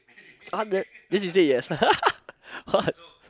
ah the then she said yes what